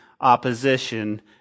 opposition